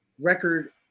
record